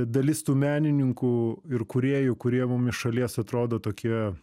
dalis tų menininkų ir kūrėjų kurie mum iš šalies atrodo tokie